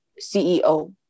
CEO